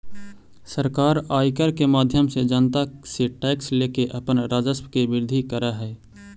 सरकार आयकर के माध्यम से जनता से टैक्स लेके अपन राजस्व के वृद्धि करऽ हई